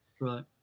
Right